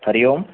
हरिः ओम्